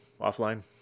offline